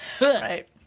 Right